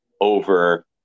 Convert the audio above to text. over